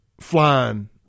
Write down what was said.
flying